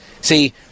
see